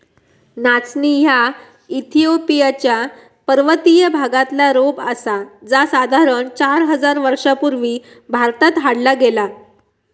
नाचणी ह्या इथिओपिया च्या पर्वतीय भागातला रोप आसा जा साधारण चार हजार वर्षां पूर्वी भारतात हाडला गेला